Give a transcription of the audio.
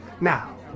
Now